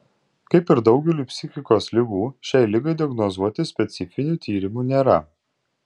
kaip ir daugeliui psichikos ligų šiai ligai diagnozuoti specifinių tyrimų nėra